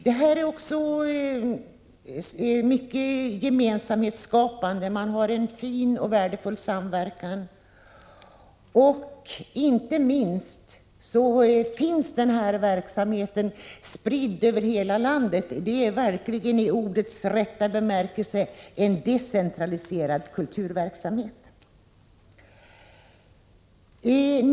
Detta är också mycket gemensamhetsskapande — man har en fin och värdefull samverkan. Verksamheten är spridd över hela landet — det är verkligen en i ordets rätta bemärkelse decentraliserad kulturverksamhet.